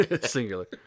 Singular